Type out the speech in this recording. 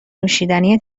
نوشیدنی